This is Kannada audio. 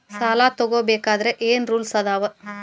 ಸಾಲ ತಗೋ ಬೇಕಾದ್ರೆ ಏನ್ ರೂಲ್ಸ್ ಅದಾವ?